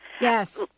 Yes